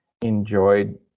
enjoyed